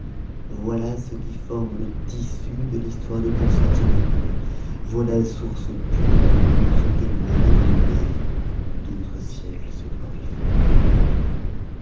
voilà ce qui forme le tissu de l'histoire de constantinople voilà la source pure d'où nous sont émanées les lumières dont notre siècle se glorifie